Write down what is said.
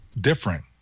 different